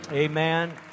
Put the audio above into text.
Amen